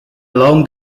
along